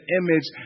image